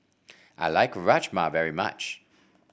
I like Rajma very much